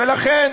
ולכן,